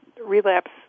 relapse